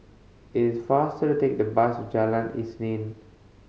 it's faster to take the bus to Jalan Isnin